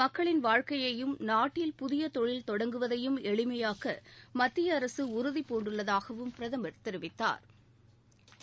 மக்களின் வாழ்க்கையையும் நாட்டில் புதிய தொழில் தொடங்குவதையும் எளிமையாக்க மத்திய அரசு உறுதிபூண்டுள்ளதாகவும் பிரதமா் தெரிவித்தாா்